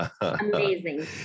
Amazing